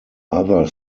other